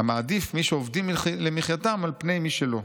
המעדיף מי שעובדים למחייתם על פני מי שלא".